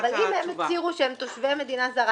אבל אם הם הצהירו שהם תושבי מדינה זרה,